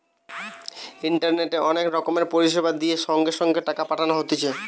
ইন্টারনেটে অনেক রকম পরিষেবা দিয়ে সঙ্গে সঙ্গে টাকা পাঠানো হতিছে